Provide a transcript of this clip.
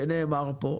שנאמר פה,